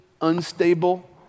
unstable